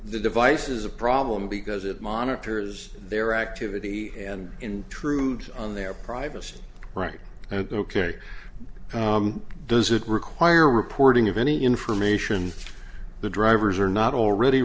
device is a problem because it monitors their activity and intrude on their privacy right and ok does it require reporting of any information the drivers are not already